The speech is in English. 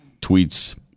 tweets